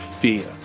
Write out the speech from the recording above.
fear